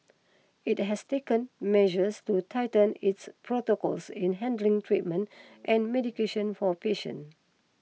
it has taken measures to tighten its protocols in handling treatment and medication for patient